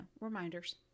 reminders